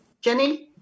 Jenny